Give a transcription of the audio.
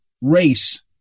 race